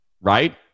Right